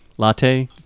Latte